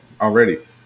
already